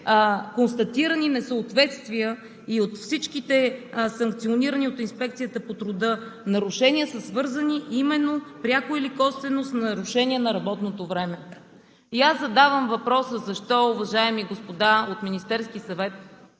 констатирани несъответствия и от всичките санкционирани от Инспекцията по труда нарушения са свързани пряко или косвено именно с нарушение на работното време. И аз задавам въпроса: защо, уважаеми господа от Министерския съвет,